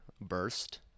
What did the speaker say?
burst